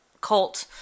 cult